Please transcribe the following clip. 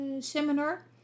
seminar